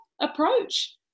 approach